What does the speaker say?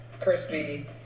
crispy